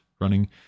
running